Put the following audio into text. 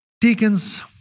Deacons—